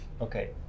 Okay